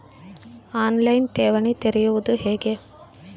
On line ಠೇವಣಿ ತೆರೆಯುವುದು ಹೇಗೆ?